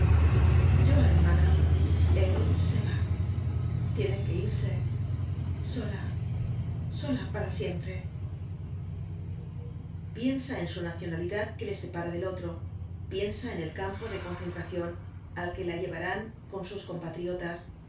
yo alemana el se va tiene que irse sola sola para siempre piensa en su nacionalidad que le separa del otro piensa en el campo de concentración al que la llevarán con sus compatriotas